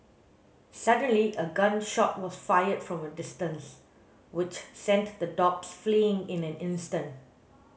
suddenly a gun shot was fired from a distance which sent the dogs fleeing in an instant